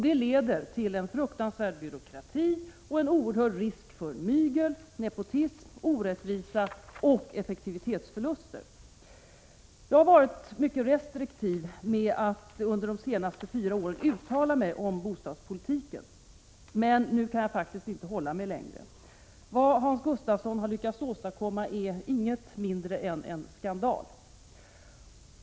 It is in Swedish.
Det leder till en fruktansvärd byråkrati och en oerhört stor risk för mygel, nepotism, orättvisa och effektivitetsförluster. Jag har varit mycket restriktiv med att under de senaste fyra åren uttala mig om bostadspolitiken, men nu kan jag faktiskt inte hålla mig längre. Vad Hans Gustafsson har lyckats åstadkomma är inget mindre än en skandal.